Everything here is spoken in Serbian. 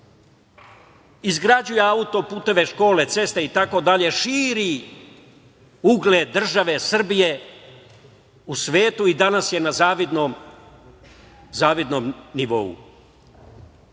izgrađuje auto-puteve, škole, ceste i tako dalje, širi ugled Srbije u svetu i danas je na zavidnom nivou. Oni